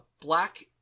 black